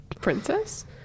princess